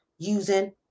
using